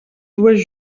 dues